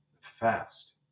fast